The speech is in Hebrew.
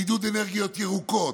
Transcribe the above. בעידוד אנרגיות ירוקות,